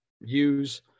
use